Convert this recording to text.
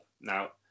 Now